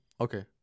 okay